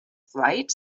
flight